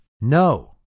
No